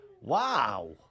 Wow